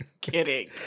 kidding